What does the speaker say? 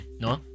no